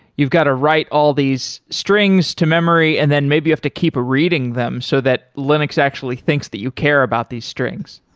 you've got to write all these strings to memory and then maybe you have to keep ah reading them so that linux actually thinks that you care about the strings.